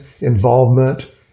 involvement